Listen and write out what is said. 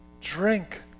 Drink